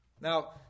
Now